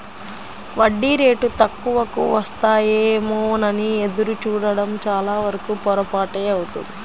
వడ్డీ రేటు తక్కువకు వస్తాయేమోనని ఎదురు చూడడం చాలావరకు పొరపాటే అవుతుంది